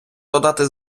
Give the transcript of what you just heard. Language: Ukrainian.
додати